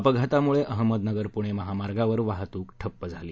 अपघातामुळे अहमदनगर पुणे महामार्गावर वाहतूक ठप्प झाली